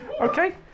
Okay